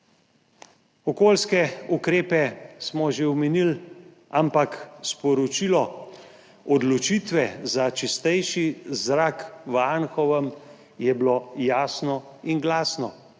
Okolijske ukrepe smo že omenili, ampak sporočilo odločitve za čistejši zrak v Anhovem je bilo jasno in glasno.